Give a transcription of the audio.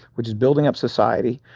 which is building up society,